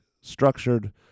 structured